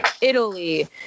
Italy